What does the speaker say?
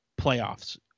playoffs